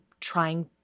trying